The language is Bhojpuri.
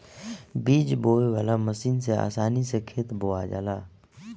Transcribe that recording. बीज बोवे वाला मशीन से आसानी से खेत बोवा जाला